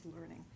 learning